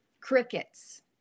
Crickets